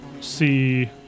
see